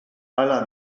hala